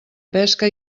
pesca